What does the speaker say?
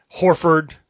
Horford